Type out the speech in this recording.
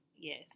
Yes